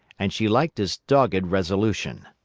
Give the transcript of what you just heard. and she liked his dogged resolution.